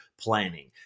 planning